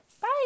Bye